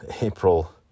April